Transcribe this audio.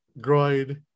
Groid